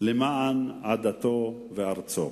למען עדתו וארצו,